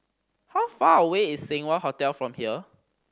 how far away is Seng Wah Hotel from here